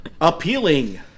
appealing